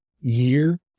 year